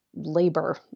Labor